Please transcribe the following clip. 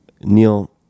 Neil